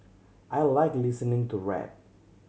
I like listening to rap